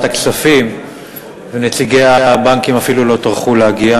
הכספים ונציגי הבנקים אפילו לא טרחו להגיע.